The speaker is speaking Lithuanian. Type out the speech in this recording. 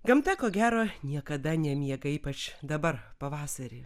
gamta ko gero niekada nemiega ypač dabar pavasarį